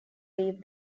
leave